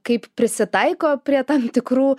kaip prisitaiko prie tam tikrų